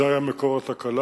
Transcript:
זה היה מקור התקלה.